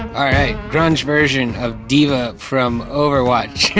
um right, grunge version of d va from overwatch.